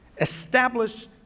Establish